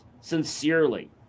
sincerely